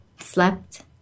slept